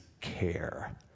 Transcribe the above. care